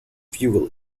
fuel